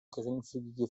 geringfügige